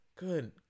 good